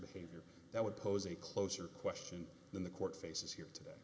behavior that would pose a closer question than the court faces here today